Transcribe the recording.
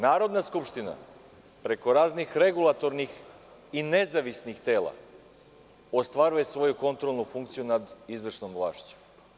Narodna skupština preko raznih regulatornih i nezavisnih tela ostvaruje svoju kontrolnu funkciju nad izvršnom vlašću.